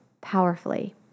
powerfully